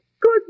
Good